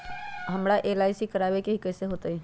हमरा एल.आई.सी करवावे के हई कैसे होतई?